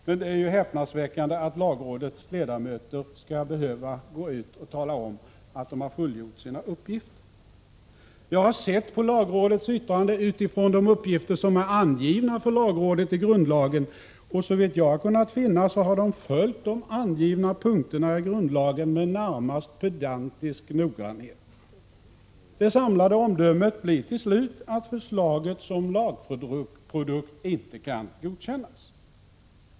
Men det är ju häpnadsväckande att lagrådets ledamöter skall behöva gå ut och tala om, att de har fullgjort sina uppgifter. Jag har sett på lagrådets yttrande utifrån de utgångspunkter som är angivna för lagrådet i grundlagen, och enligt vad jag har kunnat finna har lagrådet följt de angivna riktlinjerna i grundlagen med närmast pedantisk noggrannhet. Det samlade omdömet blir till slut att förslaget som lagprodukt inte kan godkännas.